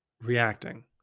reacting